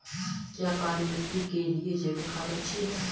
क्या काली मिट्टी के लिए जैविक खाद अच्छी है?